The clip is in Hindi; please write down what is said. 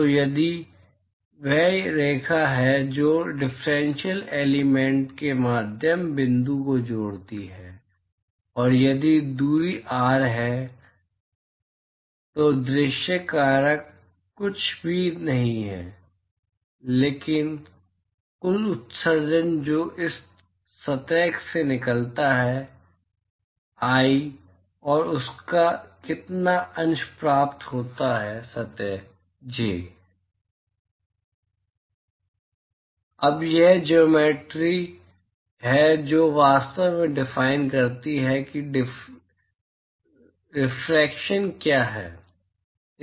तो यदि वह रेखा है जो डिफरेंशियल एलिमेन्ट्स के मध्य बिंदु को जोड़ती है और यदि दूरी R है तो दृश्य कारक कुछ भी नहीं है लेकिन कुल उत्सर्जन जो इस सतह से निकलता है i और उसका कितना अंश प्राप्त होता है सतह जे अब यह ज्योमेट्रि है जो वास्तव में डिफाइन करती है कि रिफरेक्शन क्या होगा